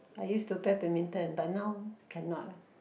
I used to play badminton but now cannot lah